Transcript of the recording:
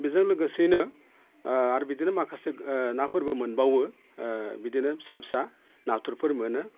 बेजों लोगोसेयैनो आरो बिदिनो माखासे नाफोरबो मोनबावो बिदिनो फिसा फिसा नाथुरफोर मोनो